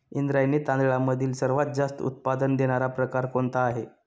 इंद्रायणी तांदळामधील सर्वात जास्त उत्पादन देणारा प्रकार कोणता आहे?